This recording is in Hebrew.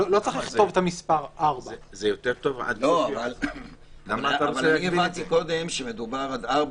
לא צריך לכתוב את המספר 16:00. הבנתי קודם שמדובר עד 16:00,